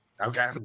Okay